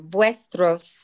Vuestros